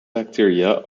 bacteria